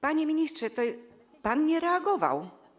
Panie ministrze, pan nie reagował.